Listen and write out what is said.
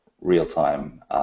real-time